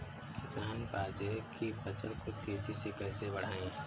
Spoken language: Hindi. किसान बाजरे की फसल को तेजी से कैसे बढ़ाएँ?